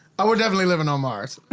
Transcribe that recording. oh, we're definitely living on mars.